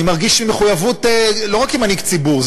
אני מרגיש מחויבות לא רק כמנהיג ציבור,